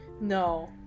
No